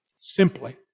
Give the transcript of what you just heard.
simply